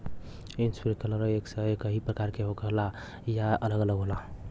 Sprinkler सब एकही प्रकार के होला या अलग अलग होला?